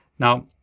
now,